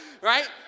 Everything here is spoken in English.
right